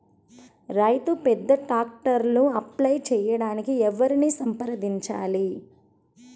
రైతు పెద్ద ట్రాక్టర్కు అప్లై చేయడానికి ఎవరిని సంప్రదించాలి?